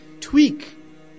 tweak